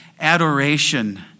adoration